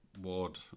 Ward